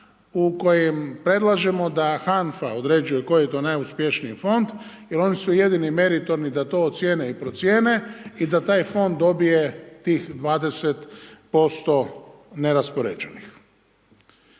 u kojem predlažemo da HANFA određuje koji je to najuspješniji fond jer oni su jedini meritorni da to ocijene i procijene i da taj fond dobije tih 20% neraspoređenih.